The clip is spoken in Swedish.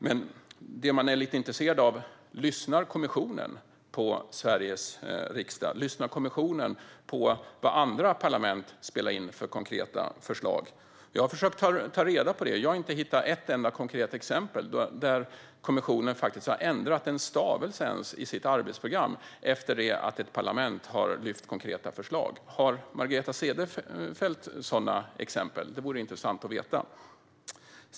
Men frågan är: Lyssnar kommissionen på Sveriges riksdag? Lyssnar kommissionen på vad andra parlament spelar in för konkreta förslag? Jag har försökt ta reda på det. Jag har inte hittat ett enda konkret exempel där kommissionen har ändrat ens en stavelse i sitt arbetsprogram efter det att ett parlament har lagt fram konkreta förslag. Har Margareta Cederfelt sådana exempel? Det vore intressant att veta.